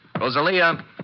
Rosalia